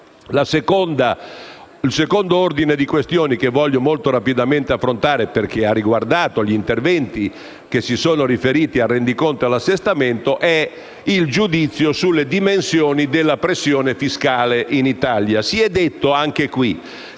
Il secondo ordine di questioni che voglio molto rapidamente affrontare, avendo riguardato gli interventi riferiti al Rendiconto e all'Assestamento, è il giudizio sulle dimensioni della pressione fiscale in Italia. Si è detto, che i